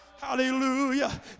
hallelujah